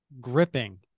gripping